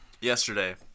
yesterday